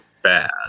Bad